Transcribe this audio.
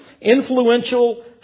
influential